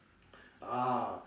ah